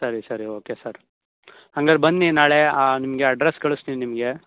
ಸರಿ ಸರಿ okay sir ಹಂಗಾರೆ ಬನ್ನಿ ನಾಳೆ ನಿಮಗೆ ಅಡ್ರೆಸ್ ಕಳಸ್ತೀವಿ ನಿಮಗೆ